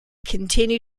continue